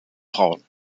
frauen